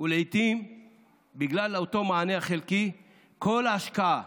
ולעיתים בגלל אותו מענה חלקי כל ההשקעה